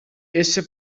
esse